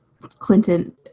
Clinton